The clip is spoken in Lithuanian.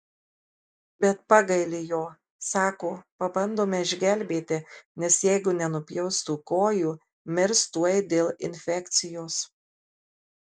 bet pagaili jo sako pabandome išgelbėti nes jeigu nenupjaus tų kojų mirs tuoj dėl infekcijos